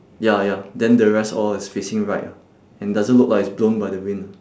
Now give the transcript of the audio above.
ya ya then the rest all is facing right ah and doesn't look like it's blown by the wind